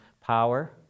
power